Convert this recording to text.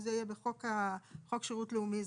זה יהיה בחוק שירות לאומי אזרחי,